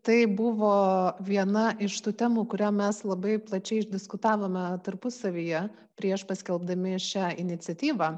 tai buvo viena iš tų temų kurią mes labai plačiai išdiskutavome tarpusavyje prieš paskelbdami šią iniciatyvą